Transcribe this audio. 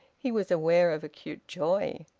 he was aware of acute joy.